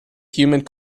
humid